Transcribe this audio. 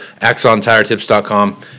axontiretips.com